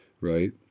right